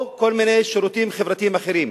או כל מיני שירותים חברתיים אחרים.